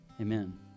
Amen